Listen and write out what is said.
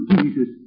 Jesus